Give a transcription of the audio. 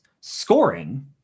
scoring